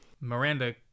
Miranda